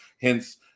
Hence